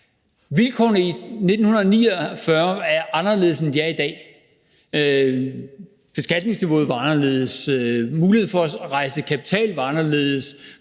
Vilkårene i 1949 var anderledes, end de er i dag. Beskatningsniveauet var anderledes, muligheden for at rejse kapital var anderledes,